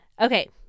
Okay